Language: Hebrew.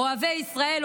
אוהבי ישראל,